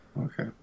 Okay